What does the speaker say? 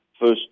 first